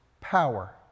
power